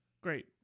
great